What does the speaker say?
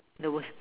the worst